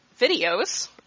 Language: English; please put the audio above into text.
videos